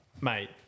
mate